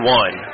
one